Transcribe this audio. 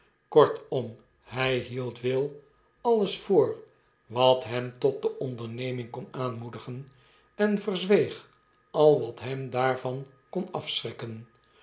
kortom hij hield will alles voor wat hem tot de onderneming kon aanmoedigen en verzweeg al wat hem daarvan kon afschrikken